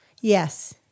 Yes